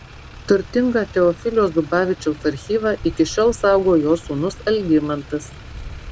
turtingą teofilio zubavičiaus archyvą iki šiol saugo jo sūnus algimantas